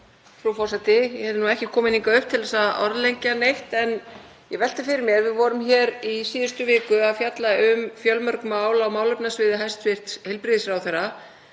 Frú forseti. Ég er ekki komin hingað upp til að orðlengja neitt en ég velti fyrir mér að við vorum hér í síðustu viku að fjalla um fjölmörg mál á málefnasviði hæstv. heilbrigðisráðherra